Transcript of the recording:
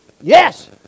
Yes